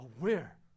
aware